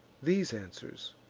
these answers,